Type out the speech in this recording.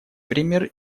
пример